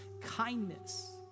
kindness